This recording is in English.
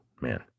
man